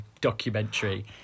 documentary